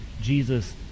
Jesus